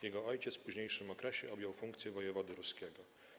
Jego ojciec w późniejszym okresie objął funkcję wojewody ruskiego.